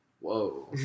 Whoa